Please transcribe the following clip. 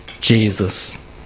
jesus